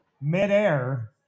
midair